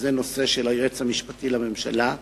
זה הנושא של היועץ המשפטי לממשלה,